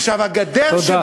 עכשיו, הגדר, תודה.